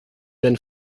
been